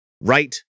right